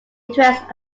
interests